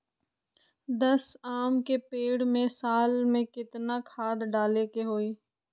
दस आम के पेड़ में साल में केतना खाद्य डाले के होई?